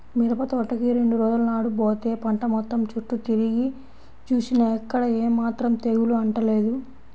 మిరపతోటకి రెండు రోజుల నాడు బోతే పంట మొత్తం చుట్టూ తిరిగి జూసినా ఎక్కడా ఏమాత్రం తెగులు అంటలేదు